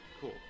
cool